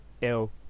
ill